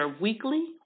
weekly